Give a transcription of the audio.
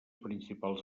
principals